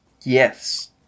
Yes